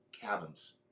cabins